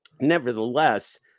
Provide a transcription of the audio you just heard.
nevertheless